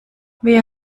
wir